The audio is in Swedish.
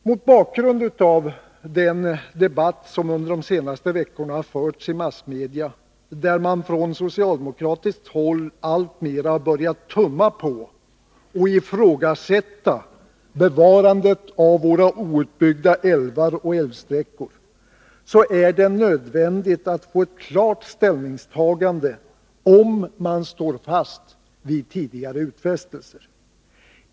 Mot bakgrund av den debatt som under de senaste veckorna förts i massmedia där man från socialdemokratiskt håll alltmer börjat tumma på och ifrågasätta bevarandet av våra outbyggda älvar och älvsträckor, är det nödvändigt att få ett klart ställningstagande om huruvida man står fast vid tidigare utfästelser.